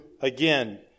again